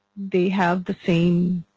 they have the same